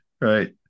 right